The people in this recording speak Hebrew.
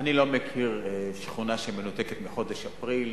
אני לא מכיר שכונה שמנותקת מחודש אפריל,